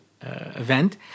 event